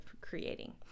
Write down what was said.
creating